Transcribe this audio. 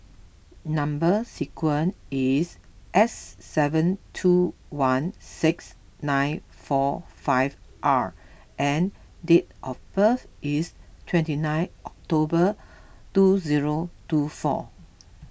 Number Sequence is S seven two one six nine four five R and date of birth is twenty nine October two zero two four